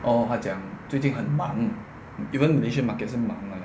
oh 她讲最近很忙 even Malaysia market 现在忙了